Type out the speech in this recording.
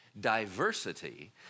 diversity